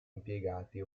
impiegati